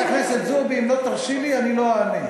במדינה דמוקרטית מגרשים אנשים?